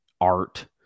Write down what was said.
art